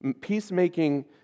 Peacemaking